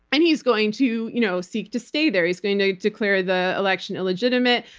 and he's going to you know seek to stay there, he's going to declare the election illegitimate.